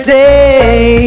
day